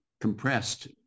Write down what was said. compressed